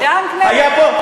תשובה?